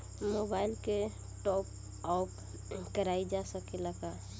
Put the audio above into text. Mobile के टाप आप कराइल जा सकेला का?